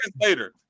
later